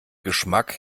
geschmack